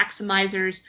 maximizers